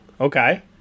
okay